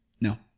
No